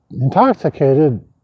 intoxicated